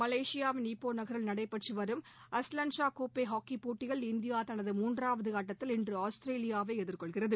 மலேசியாவின் ஈப்போ நகரில் நடைபெற்று வரும் அஸ்லான் ஷா கோப்பை ஹாக்கி போட்டியில் இந்தியா தனது மூன்றாவது ஆட்டத்தில் இன்று ஆஸ்திரேலியாவை எதிர்கொள்கிறது